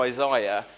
Isaiah